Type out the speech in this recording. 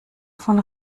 von